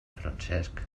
francesc